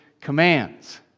commands